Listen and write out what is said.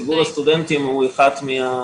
ציבור הסטודנטים הוא אחד מהנפגעים